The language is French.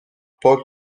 paul